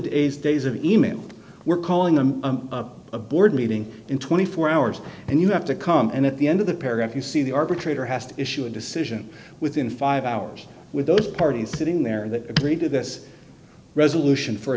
the days of email we're calling them a board meeting in twenty four hours and you have to come and at the end of the paragraph you see the arbitrator has to issue a decision within five hours with those parties sitting there that agree to this resolution for a